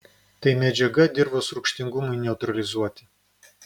tai medžiaga dirvos rūgštingumui neutralizuoti